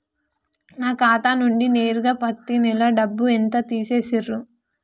నా ఖాతా నుండి నేరుగా పత్తి నెల డబ్బు ఎంత తీసేశిర్రు?